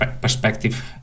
perspective